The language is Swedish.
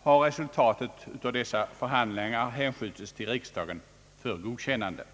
har resultatet av dessa förhandlingar hänskjutits till riksdagen för godkännande.